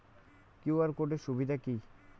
QR code এর সুবিধা কি?